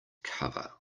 cover